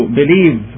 believe